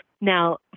Now